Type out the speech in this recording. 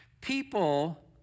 People